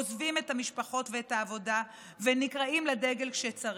עוזבים את המשפחות ואת העבודה ונקראים לדגל כשצריך: